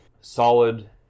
Solid